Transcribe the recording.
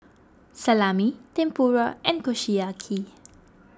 Salami Tempura and Kushiyaki